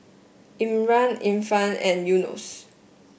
Imran Irfan and Yunos